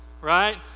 right